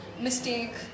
mistake